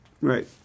Right